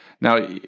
Now